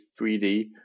3D